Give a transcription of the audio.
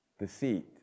Deceit